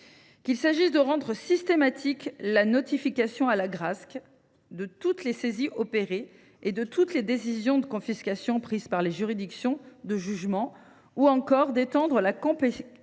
Qu’il s’agisse de rendre systématique la notification à l’Agrasc de toutes les saisies effectuées et de toutes les décisions de confiscation prises par les juridictions de jugement ou encore d’étendre la compétence